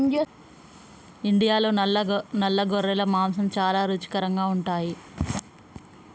ఇండియాలో నల్ల గొర్రెల మాంసం చాలా రుచికరంగా ఉంటాయి